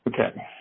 Okay